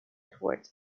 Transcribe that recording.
toward